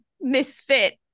misfit